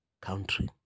country